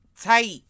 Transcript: tight